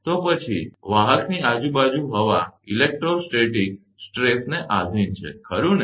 તો પછી વાહકની આજુબાજુની હવા ઇલેક્ટ્રોસ્ટેટિક સ્ટ્રેસને આધિન છે ખરું ને